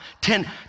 Ten